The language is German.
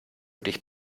dich